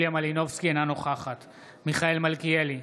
אינה נוכחת מיכאל מלכיאלי,